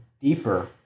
deeper